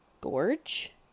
Gorge